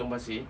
potong pasir